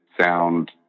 sound